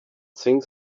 things